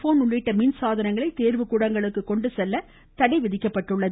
phone உள்ளிட்ட மின்சாதனங்களை தேர்வுக்கூடங்களுக்குக் கொண்டு செல்லவும் தடை விதிக்கப்பட்டுள்ளது